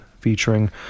featuring